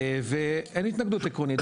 ואין התנגדות עקרונית.